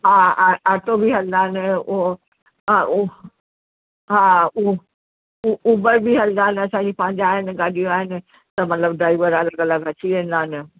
हा अ ऑटो बि हलंदा आहिनि उहो हा उहो हा उहो ऊबर बि हलंदा आहिनि असांजा पंहिंजा आहिनि गाॾियूं आहिनि त मतलबु ड्राइवर हर कलाक में अची वेंदा आहिनि